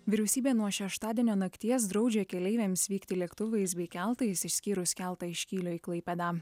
vyriausybė nuo šeštadienio nakties draudžia keleiviams vykti lėktuvais bei keltais išskyrus keltą iš kylio į klaipėdą